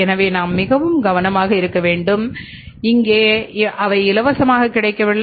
எனவே நாம் மிகவும் கவனமாக இருக்க வேண்டும் இங்கே அவை இலவசமாக கிடைக்கவில்லை